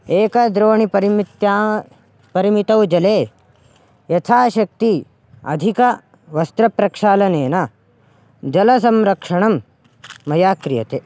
एकद्रोणिपरिमित्या परिमितौ जले यथाशक्ति अधिकवस्त्रप्रक्षालनेन जलसंरक्षणं मया क्रियते